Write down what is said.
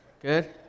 Good